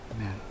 Amen